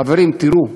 חברים, תראו,